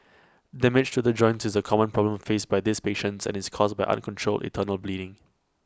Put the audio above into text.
damage to the joints is A common problem faced by these patients and is caused by uncontrolled internal bleeding